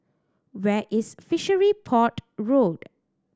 where is Fishery Port Road